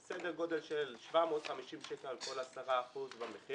היא סדר גודל של 750 שקל על כל 10% במחיר,